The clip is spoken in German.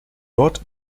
dort